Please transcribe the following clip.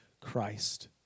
Christ